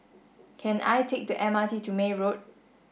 can I take the M R T to May Road